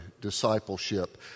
discipleship